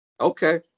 Okay